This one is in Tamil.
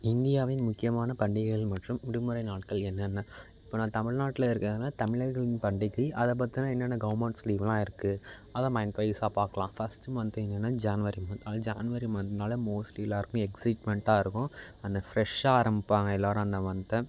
இந்தியாவின் முக்கியமான பண்டிகைகள் மற்றும் விடுமுறை நாட்கள் என்னென்ன இப்போ நான் தமிழ்நாட்டில் இருக்கிறன்னா தமிழர்களின் பண்டிகை அதை பாத்தோன்னா என்னென்ன கவர்மெண்ட்ஸ் லீவுலாம் இருக்குது அதை மந்த் வைசாக பார்க்கலாம் ஃபஸ்ட்டு மந்த் என்னெனா ஜான்வரி மந்த் அது ஜான்வரி மந்த்துனால மோஸ்ட்லி எல்லோருக்கும் எக்சைட்மெண்ட்டாக இருக்கும் அந்த ஃப்ரெஷ்ஷாக ஆரம்பிப்பாங்க எல்லோரும் அந்த மந்த்தை